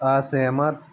असहमत